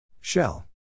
Shell